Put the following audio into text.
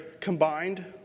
combined